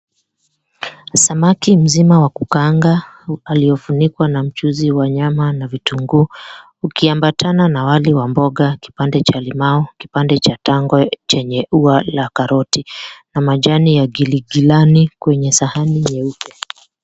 Samaki mzima wa kukaanga aliofunikwa na mchuzi wa nyama juu ukiambatana na wali wa mboga na kipande cha limau kipande cha tangwe chenye ua la karoti na majani ya giligilani kwenye sahani nyeupe.